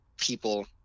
people